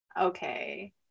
Okay